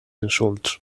insults